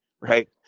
Right